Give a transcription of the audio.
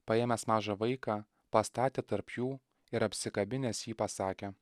paėmęs mažą vaiką pastatė tarp jų ir apsikabinęs jį pasakė